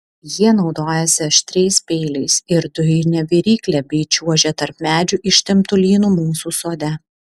jie naudojasi aštriais peiliais ir dujine virykle bei čiuožia tarp medžių ištemptu lynu mūsų sode